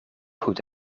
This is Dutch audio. goed